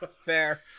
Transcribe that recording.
Fair